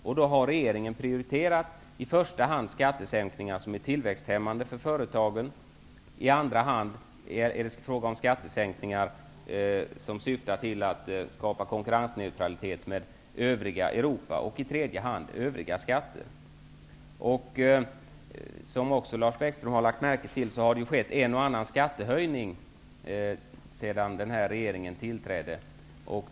Regeringen har i första hand prioriterat sänkningar av skatter som är tillväxthämmande för företagen, i andra hand sänkningar av skatter för att skapa konkurrensneutralitet med övriga Europa, i tredje hand sänkningar av övriga skatter. Som Lars Bäckström också har lagt märke till, har det skett en och annan skattehöjning sedan denna regering tillträdde.